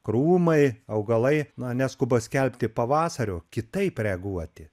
krūmai augalai na neskuba skelbti pavasario kitaip reaguoti